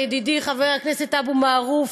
ידידי חבר הכנסת אבו מערוף,